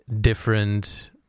different